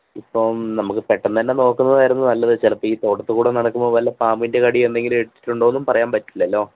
ഇപ്പോള് നമുക്കു പെട്ടെന്നു തന്നെ നോക്കുന്നതായിരുന്നു നല്ലത് ചിലപ്പോഴീ തോട്ടത്തില്ക്കൂടെ നടക്കുമ്പോള് വല്ല പാമ്പിൻ്റെ കടിയെന്തെങ്കിലും ഏറ്റിട്ടുണ്ടോ എന്നും പറയാന് പറ്റില്ലല്ലോ